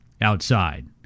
outside